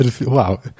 Wow